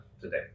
today